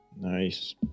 nice